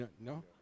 No